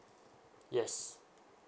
yes